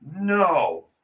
No